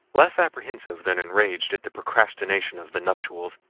less apprehensive than enraged at the procrastination of the nuptials,